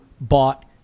bought